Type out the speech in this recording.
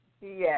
Yes